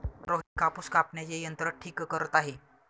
रोहित कापूस कापण्याचे यंत्र ठीक करत आहे